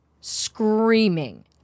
screaming